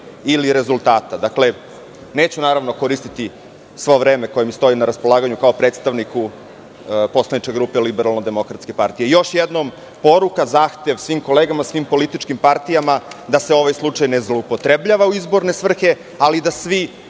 ili rezultata. Dakle, neću naravno koristiti svo vreme koje mi stoji na raspolaganju kao predstavniku poslaničke grupe Liberalne demokratske partije. Još jednom poruka i zahtev svim kolegama i političkim partijama da se ovaj slučaj ne zloupotrebljava u izborne svrhe, ali da svi